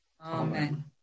Amen